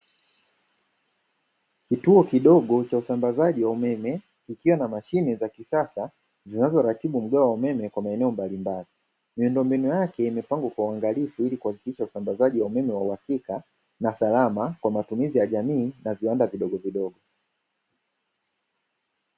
Kituo kidogo cha usambazaji wa umeme ikiwa na mashine za kisasa zinazoratibu mgao wa umeme kwa maeneo mbalimbali, miundombinu yake imepangwa kwa uangalizi, ili kuhakikisha usambazaji wa umeme wa uhakika na salama kwa matumizi ya jamii na viwanda vidogovidogo.